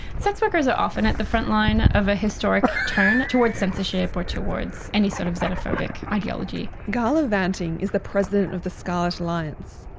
sex workers are often at the front-line of a historic turn into towards censorship or towards any sort of xenophobic ideology. gala vanting is the president of the scarlet alliance,